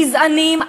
גזעניים,